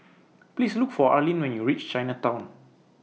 Please Look For Arlene when YOU REACH Chinatown